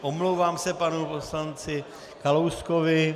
Omlouvám se panu poslanci Kalouskovi.